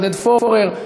עודד פורר,